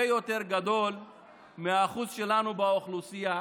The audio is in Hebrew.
יותר גדול מהשיעור שלנו באוכלוסייה,